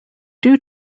due